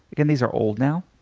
again, these are old, now,